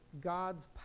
God's